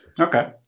Okay